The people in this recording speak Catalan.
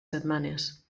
setmanes